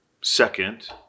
Second